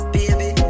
Baby